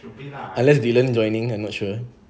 unless dylan joining I'm not sure